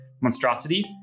monstrosity